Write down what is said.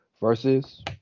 versus